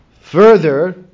further